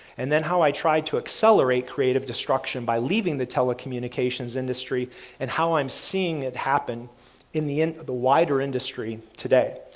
and then how i tried to accelerate creative destruction by leaving the telecommunications industry and how i'm seeing it happen in the in the wider industry today.